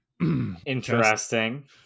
Interesting